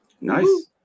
nice